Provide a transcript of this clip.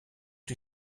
die